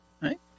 right